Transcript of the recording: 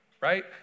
right